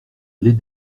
les